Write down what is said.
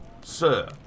sir